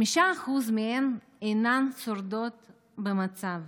5% מהן אינן שורדות במצב.